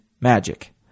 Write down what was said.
magic